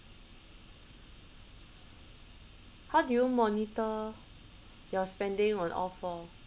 how do you monitor your spending on all four